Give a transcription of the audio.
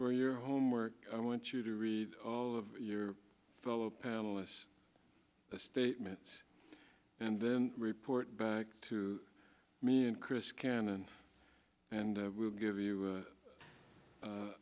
where your homework i want you to read all of your fellow panelists a statement and then report back to me and chris cannon and we'll give you